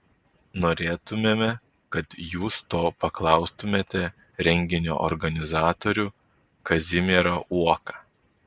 norėtumėme kad jūs to paklaustumėte renginio organizatorių kazimierą uoką